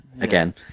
again